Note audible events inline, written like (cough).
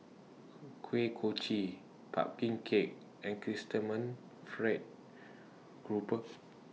(unintelligible) Kuih Kochi Pumpkin Cake and Chrysanthemum Fried Garoupa